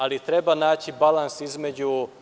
Ali, treba naći balans između…